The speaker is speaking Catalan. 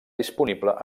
disponible